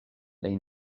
plej